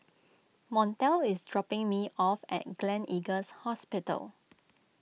Montel is dropping me off at Gleneagles Hospital